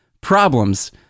problems